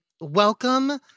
Welcome